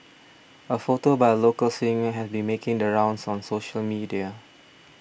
a photo by a local singer has been making the rounds on social media